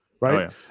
right